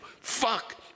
Fuck